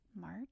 March